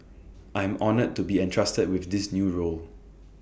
I am honoured to be entrusted with this new role